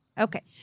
okay